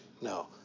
No